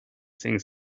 things